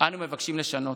אנו מבקשים לשנות.